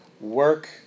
work